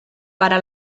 para